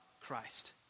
Christ